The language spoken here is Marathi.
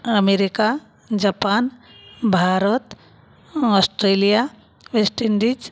America Japan Bharat Australia West Indies